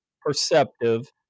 perceptive